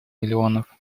миллионов